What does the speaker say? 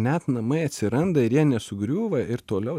net namai atsiranda ir jie nesugriūva ir toliau